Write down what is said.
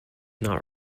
not